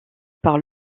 par